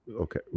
okay